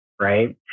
right